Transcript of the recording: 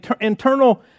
internal